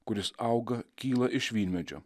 kuris auga kyla iš vynmedžio